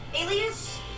alias